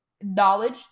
knowledge